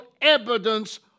evidence